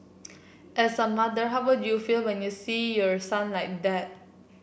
as a mother how would you feel when you see your son like that